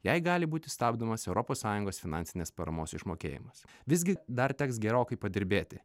jai gali būti stabdomas europos sąjungos finansinės paramos išmokėjimas visgi dar teks gerokai padirbėti